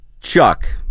Chuck